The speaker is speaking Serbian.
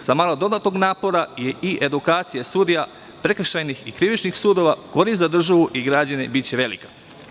Sa malo dodatnog napora i edukacije sudija prekršajnih i krivičnih sudova korist za državu i građane biće velika.